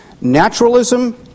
naturalism